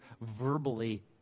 verbally